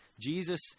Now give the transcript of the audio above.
Jesus